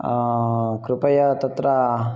कृपया तत्र